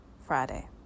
Friday